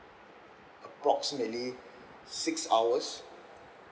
approximately six hours